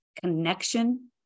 connection